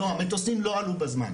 לא, המטוסים לא עלו בזמן.